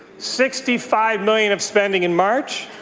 sixty five million of spending in march.